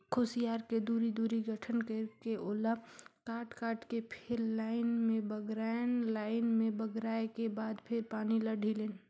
खुसियार के दूरी, दूरी गठन करके ओला काट काट के फिर लाइन से बगरायन लाइन में बगराय के बाद फिर पानी ल ढिलेन